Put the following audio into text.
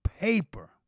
paper